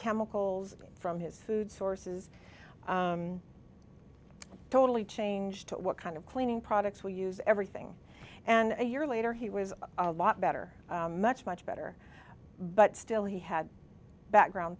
chemicals from his food sources totally changed to what kind of cleaning products we use everything and a year later he was a lot better much much better but still he had background